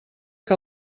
que